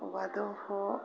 वध्वाः